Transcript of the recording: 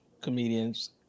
comedians